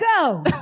go